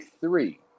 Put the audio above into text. three